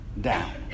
down